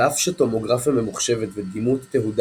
על אף שטומוגרפיה ממוחשבת ודימות תהודה